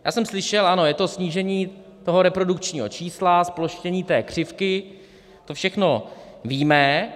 Já jsem slyšel, ano, je to snížení reprodukčního čísla, zploštění té křivky, to všechno víme.